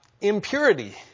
Impurity